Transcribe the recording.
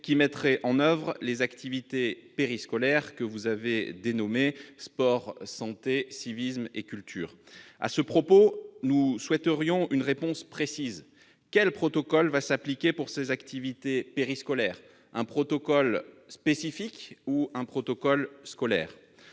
qui mettraient en oeuvre les activités périscolaires que vous avez dénommées « sport, santé, civisme et culture ». À ce propos, nous souhaiterions une réponse précise : quel protocole s'appliquera pour ces activités périscolaires ? un protocole spécifique ou un protocole scolaire ?